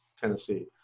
Tennessee